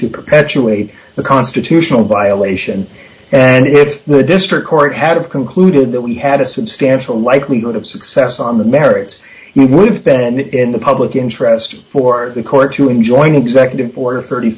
to perpetuate the constitutional violation and if the district court had of concluded that we had a substantial likelihood of success on the merits and would have been in the public interest for the court to enjoin executive order thirty